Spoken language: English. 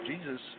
Jesus